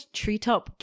treetop